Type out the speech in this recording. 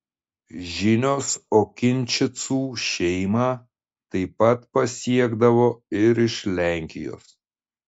žinios okinčicų šeimą taip pat pasiekdavo ir iš lenkijos